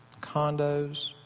condos